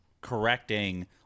correcting